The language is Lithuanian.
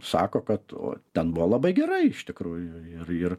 sako kad ten buvo labai gerai iš tikrųjų ir ir